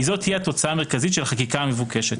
כי זו תהיה התוצאה המרכזית של החקיקה המבוקשת.